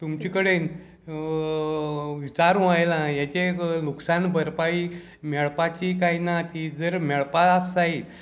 तुमचे कडेन विचारूं आयलां हेचें नुकसान भरपाई मेळपाची काय ना ती जर मेळपा आस जायत